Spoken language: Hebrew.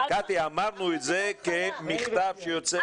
קטי, אמרנו שייצא מכתב מהוועדה.